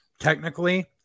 Technically